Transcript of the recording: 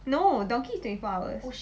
no donki is twenty four hours